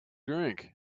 drink